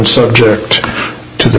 subject to the